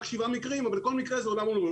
רק שבעה מקרים אבל כל מקרה זה עולם ומלואו.